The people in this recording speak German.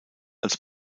als